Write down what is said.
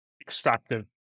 extractive